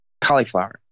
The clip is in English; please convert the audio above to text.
cauliflower